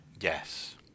Yes